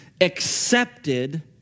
accepted